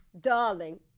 darling